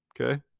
Okay